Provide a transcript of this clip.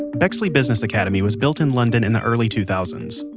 bexley business academy was built in london in the early two thousand